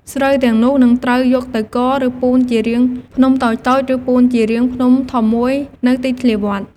ស្រូវទាំងនោះ នឹងត្រូវគេយកទៅគរ ឬពូនជារាងភ្នំតូចៗ ឬពូនជារាងភ្នំធំមួយនៅទីធ្លាវត្ត។